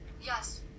Yes